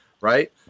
right